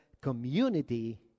community